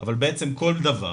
אבל בעצם כל דבר,